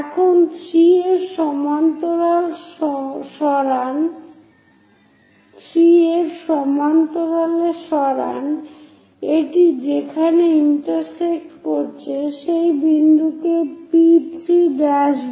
এখন 3 এর সমান্তরালে সরান এটি যেখানে ইন্টারসেক্ট করছে সেই বিন্দুকে P3' বলে